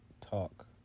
talk